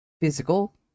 physical